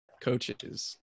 coaches